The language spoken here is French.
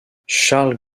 charles